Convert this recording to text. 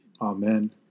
Amen